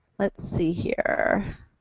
let's see here,